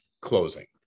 closing